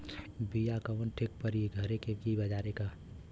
बिया कवन ठीक परी घरे क की बजारे क?